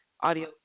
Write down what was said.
audio